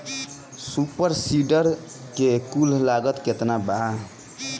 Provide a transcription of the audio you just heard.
Super seeder के कुल लागत केतना बा?